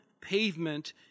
Pavement